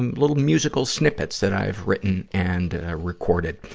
um little musical snippets that i have written and, ah, recorded.